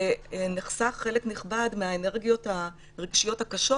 ונחסך חלק נכבד מהאנרגיות הרגשיות הקשות